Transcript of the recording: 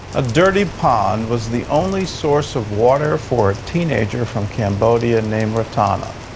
a dirty pond was the only source of water for a teenager from cambodia named ratana.